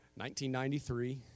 1993